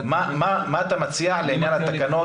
מה אתה מציע לעניין התקנות?